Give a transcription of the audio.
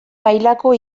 mailako